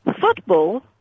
Football